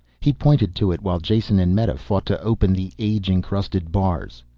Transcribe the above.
he pointed to it. while jason and meta fought to open the age-incrusted bars,